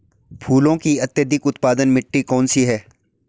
फूलों की अत्यधिक उत्पादन मिट्टी कौन सी है?